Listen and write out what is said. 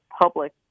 public